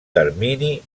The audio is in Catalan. termini